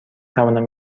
توانم